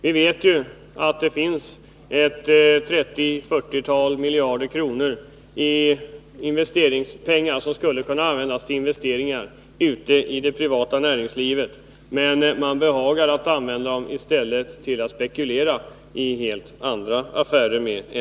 Vi vet att det finns 30-40 miljarder som skulle kunna användas till investeringar ute i det privata näringslivet. Men i stället för till produktiva investeringar behagar man använda dem till att spekulera i helt andra affärer.